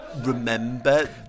remember